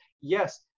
yes